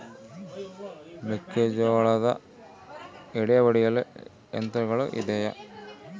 ಮೆಕ್ಕೆಜೋಳದ ಎಡೆ ಒಡೆಯಲು ಯಂತ್ರಗಳು ಇದೆಯೆ?